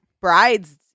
bride's